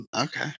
Okay